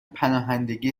پناهندگی